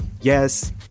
Yes